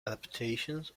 adaptations